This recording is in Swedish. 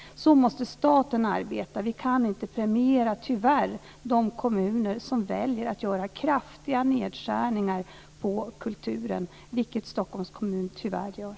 Så måste staten arbeta. Vi kan tyvärr inte premiera de kommuner som väljer att göra kraftiga nedskärningar på kulturen, vilket Stockholms kommun tyvärr gör.